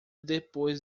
depois